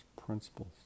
principles